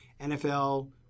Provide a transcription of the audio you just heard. NFL